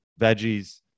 veggies